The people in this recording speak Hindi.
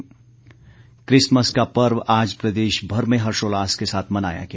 क्रिसमस क्रिसमस का पर्व आज प्रदेश भर में हर्षोल्लास के साथ मनाया गया